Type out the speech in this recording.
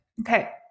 Okay